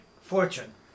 fortune